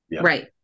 Right